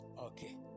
Okay